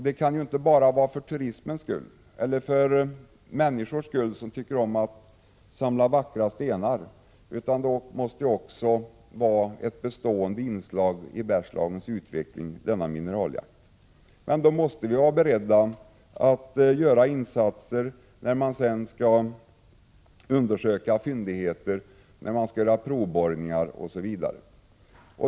Denna kan inte bara vara till för turismens skull eller för de människors skull som tycker om att samla vackra stenar, utan den måste vara ett bestående inslag i Bergslagens utveckling. Men då måste vi också vara beredda att göra insatser när man sedan skall undersöka fyndigheterna, göra provborrningar osv.